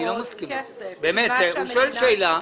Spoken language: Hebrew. באמת רוצה לשאול שאלה.